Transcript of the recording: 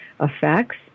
effects